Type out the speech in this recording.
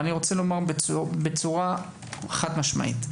אבל אני רוצה לומר חד משמעית: